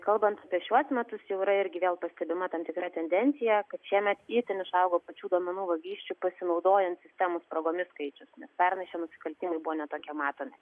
kalbant apie šiuos metus jau yra ir vėl pastebima tam tikra tendencija kad šiemet itin išaugo pačių duomenų vagysčių pasinaudojant sistemos spragomis skaičius nes pernai šie nusikaltimai buvo ne tokie matomi